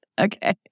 Okay